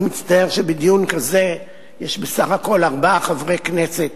אני מצטער שבדיון כזה יש בסך הכול ארבעה חברי כנסת,